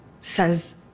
says